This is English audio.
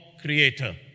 creator